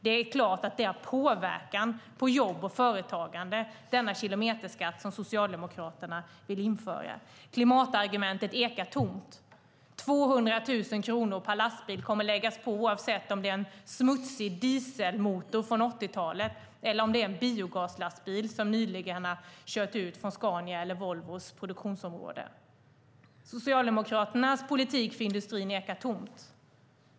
Det är klart att den kilometerskatt som Socialdemokraterna vill införa påverkar jobb och företagande. Klimatargumentet ekar tomt. 200 000 kronor per lastbil kommer att läggas på oavsett om det är en smutsig dieselmotor eller en biogaslastbil som nyligen har kört ut från Scanias eller Volvos produktionsområde. Socialdemokraternas politik för industrin ekar tomt.